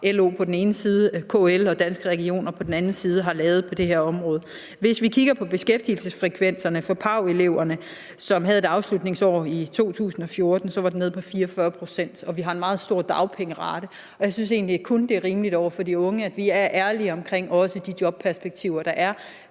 LO på den ene side og KL og Danske Regioner på den anden side – har lavet på det her område. Hvis vi kigger på beskæftigelsesfrekvenserne for PAV-eleverne, som havde et afslutningår i 2014, så var det nede på 44 pct., og vi har en meget stor dagpengerate. Jeg synes egentlig, at det kun er rimeligt over for de unge, at vi er ærlige omkring også de jobperspektiver, der er.